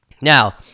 Now